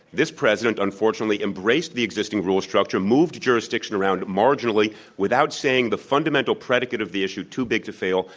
this president unfortunately embraced the existing rule structure, moved jurisdiction around marginally without saying the fundamental predicate of the issue, too big to fail,